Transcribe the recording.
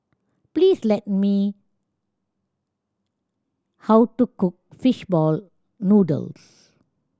please let me how to cook fish ball noodles